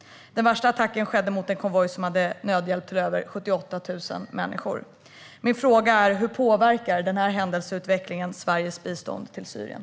Den värsta attacken skedde mot en konvoj som hade nödhjälp till över 78 000 människor. Min fråga är: Hur påverkar den här händelseutvecklingen Sveriges bistånd till Syrien?